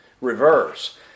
reverse